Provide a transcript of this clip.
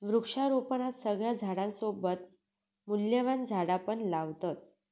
वृक्षारोपणात सगळ्या झाडांसोबत मूल्यवान झाडा पण लावतत